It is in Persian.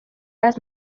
است